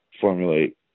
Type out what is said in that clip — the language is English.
formulate